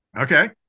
Okay